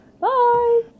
Bye